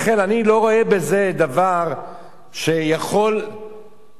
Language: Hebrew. לכן אני בוודאי לא רואה בזה דבר שיכול להזיק,